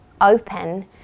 open